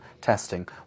testing